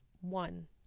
one